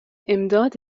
امداد